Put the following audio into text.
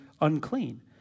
unclean